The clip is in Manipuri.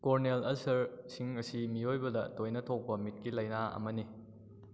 ꯀꯣꯔꯅꯦꯜ ꯑꯜꯁꯔꯁꯤꯡ ꯑꯁꯤ ꯃꯤꯑꯣꯏꯕꯗ ꯇꯣꯏꯅ ꯊꯣꯛꯄ ꯃꯤꯠꯀꯤ ꯂꯩꯅꯥ ꯑꯃꯅꯤ